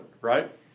right